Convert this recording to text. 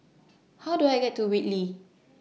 How Do I get to Whitley